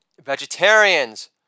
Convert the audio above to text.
vegetarians